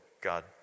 God